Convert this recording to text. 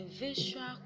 Visual